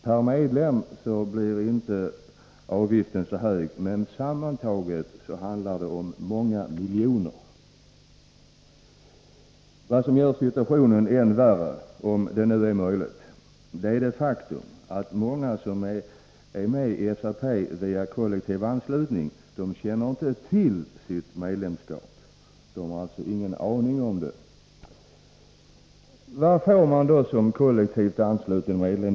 Per medlem blir ju inte avgiften så stor, men sammantaget handlar det om många miljoner. Vad som gör saken ännu värre, om det nu är möjligt, är att många som är medlemmar i SAP via kollektivanslutning inte känner till sitt medlemskap. De har alltså ingen aning om detta. Vad får man då som kollektivansluten till SAP?